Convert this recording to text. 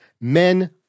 men